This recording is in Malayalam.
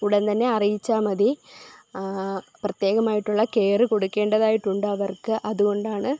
ഉടൻ തന്നെ അറിയിച്ചാൽ മതി പ്രത്യേകമായിട്ടുള്ള കെയർ കൊടുക്കേണ്ടതായിട്ടുണ്ടവർക്ക് അതുകൊണ്ടാണ്